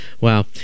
Wow